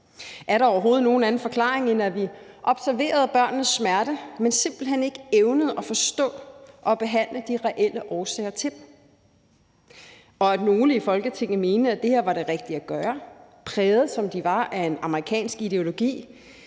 Er der overhovedet nogen anden forklaring, end at vi observerede børnenes smerte, men simpelt hen ikke evnede at forstå og behandle de reelle årsager til den, og at nogle i Folketinget mente, at det her var det rigtige at gøre, præget, som de var, af en amerikansk ideologi,